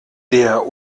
der